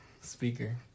speaker